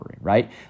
right